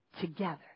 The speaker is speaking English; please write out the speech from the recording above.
together